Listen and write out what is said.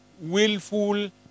willful